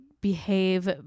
behave